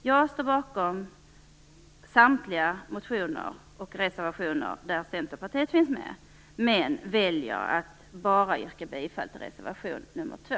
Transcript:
Jag står bakom samtliga motioner och reservationer där Centerpartiet finns med, men väljer att yrka bifall bara till reservation nr 2.